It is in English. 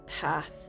path